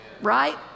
right